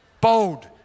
Bold